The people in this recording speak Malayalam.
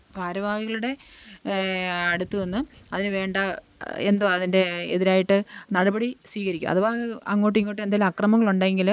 ഭാരവാഹികളുടെ അടുത്തു നിന്ന് അതിനു വേണ്ട എന്തോ അതിൻ്റെ എതിരായിട്ട് നടപടി സ്വീകരിക്കും അഥവാ അങ്ങോട്ടുമിങ്ങോട്ടും എന്തേലും അക്രമണങ്ങൾ ഉണ്ടെങ്കിൽ